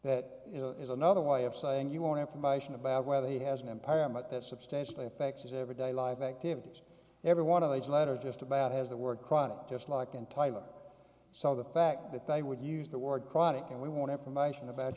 that is another way of saying you want information about whether he has an empire but that substantially affects his everyday life activities every one of these letters just about has the work product just like entitled so the fact that they would use the word chronic and we want information about